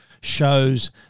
shows